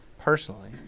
personally